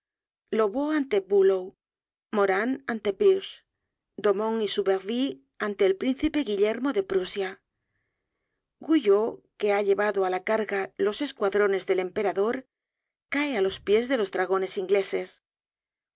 lobau ante bulow moran ante pirch domon y subervie ante el príncipe guillermo de prusia guyot que ha llevado á la carga los escuadrones del emperador cae á los pies de los dragones ingleses